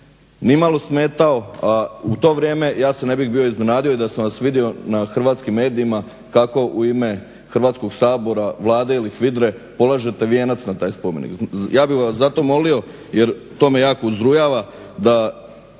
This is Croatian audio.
nije nimalo smetao, a u to vrijeme ja se ne bih bio iznenadio i da sam vas vidio na hrvatskim medijima kako u ime Hrvatskog sabora, Vlade ili HVIDRA-e polažete vijenac na taj spomenik. Ja bih vas zato molio jer to me jako uzrujava da